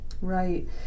right